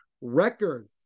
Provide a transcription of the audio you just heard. record